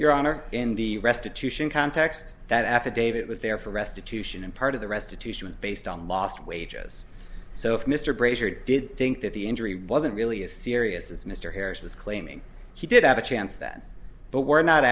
your honor in the restitution context that affidavit was there for restitution and part of the restitution was based on lost wages so if mr brazier did think that the injury wasn't really as serious as mr harris was claiming he did have a chance that but we're not